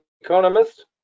Economist